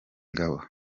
ingabo